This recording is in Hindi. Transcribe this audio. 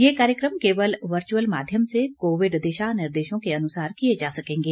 ये कार्यक्रम केवल वर्चुअल माध्यम से कोविड दिशा निर्देशों के अनुसार किए जा सकेंगे